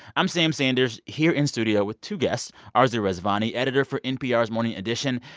i'm sam sanders here in studio with two guests arezou rezvani, editor for npr's morning edition,